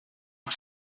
nog